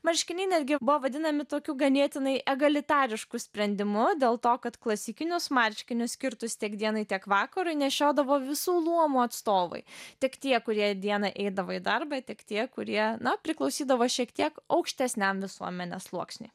marškiniai netgi buvo vadinami tokiu ganėtinai egalitarišku sprendimu dėl to kad klasikinius marškinius skirtus tiek dienai tiek vakarui nešiodavo visų luomų atstovai tiek tie kurie dieną eidavo į darbą tiek tie kurie na priklausydavo šiek tiek aukštesniam visuomenės sluoksniui